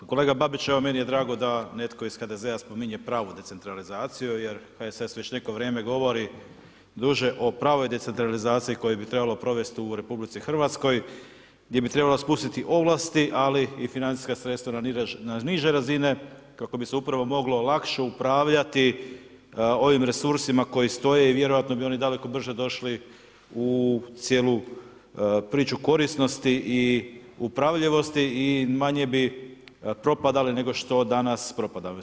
Kolega Babić, evo meni je drago da netko iz HDZ-a spominje pravu decentralizaciju, jer HSS već neko vrijeme govori duže o pravoj decentralizaciji koju bi trebalo provesti u RH, gdje bi trebalo spustiti ovlasti, ali i financijska sredstva na niže razine, kako bi se upravo moglo lakše upravljati ovim resursima koje stoji i vjerojatno bi oni daleko brže došli u cijelu priču korisnosti i upravljivosti i manje bi propadale, nego što danas propadaju.